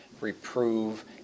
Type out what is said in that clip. reprove